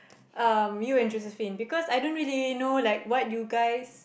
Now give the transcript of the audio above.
um you and Josephine because I don't really know like what you guys